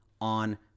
on